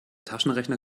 taschenrechner